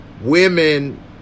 women